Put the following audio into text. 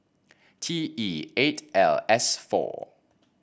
T E eight L S four